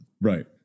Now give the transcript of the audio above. Right